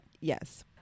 Yes